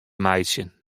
meitsjen